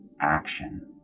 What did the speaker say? action